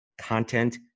content